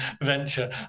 venture